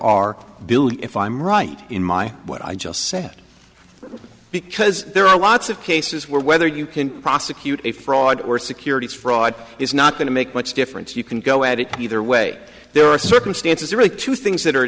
building if i'm right in my what i just said because there are lots of cases where whether you can prosecute a fraud or securities fraud is not going to make much difference you can go at it either way there are circumstances really two things that are